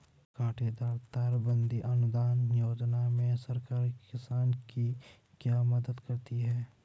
कांटेदार तार बंदी अनुदान योजना में सरकार किसान की क्या मदद करती है?